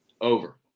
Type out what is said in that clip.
Over